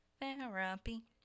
Therapy